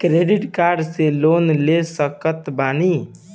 Credit card से loan ले सकत बानी?